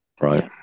Right